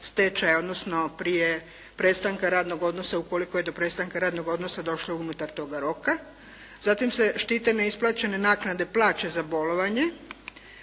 odnosno prije prestanka radnog odnosa ukoliko je do prestanka radnog odnosa došlo unutar toga roka, zatim se štite neisplaćene naknade plaća za bolovanje